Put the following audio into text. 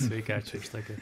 sveiki ačiū už tokį